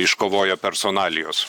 iškovojo personalijos